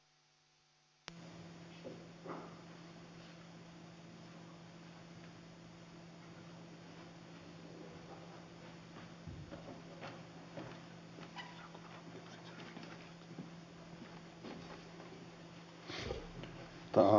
arvoisa herra puhemies